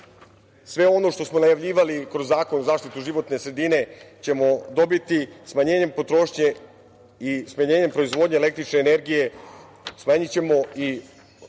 sve ono što smo najavljivali i kroz Zakon o zaštiti životne sredine ćemo dobiti smanjenjem potrošnje i smanjenjem proizvodnje električne energije,